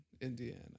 Indiana